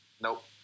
Nope